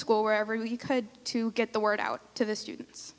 school wherever he could to get the word out to the students